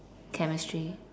chemistry